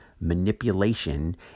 manipulation